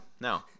No